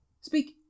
speak